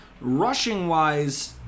Rushing-wise